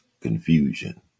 confusion